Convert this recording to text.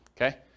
Okay